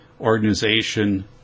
Organization